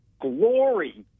glory